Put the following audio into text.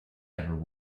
ever